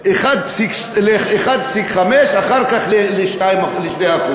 החסימה ל-1.5%, ואחר כך ל-2%.